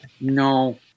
no